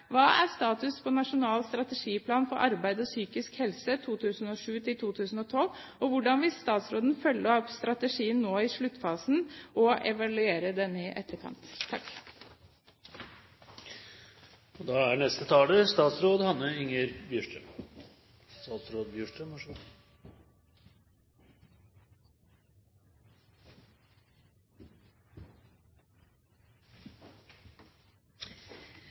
Hva er status på Nasjonal strategiplan for arbeid og psykisk helse 2007–2012, og hvordan vil statsråden følge opp strategien nå i sluttfasen og evaluere denne i etterkant? Jeg vil begynne med å takke interpellanten for at hun i sitt innlegg reiser så